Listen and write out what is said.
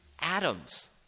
atoms